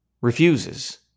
refuses